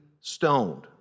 stoned